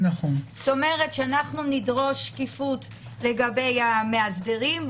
כלומר שנדרוש שקיפות לגבי המאסדרים,